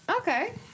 Okay